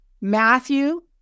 Matthew